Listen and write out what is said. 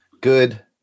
Good